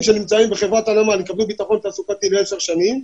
שנמצאים בחברת הנמל מקבלים ביטחון תעסוקתי לעשר שנים,